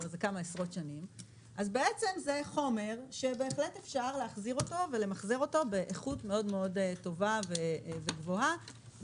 זה בעצם חומר שאפשר להחזיר ולמחזר אותו באיכות מאוד טובה וגבוהה.